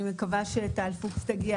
אני מקווה שטל פוקס תגיע